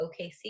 OKC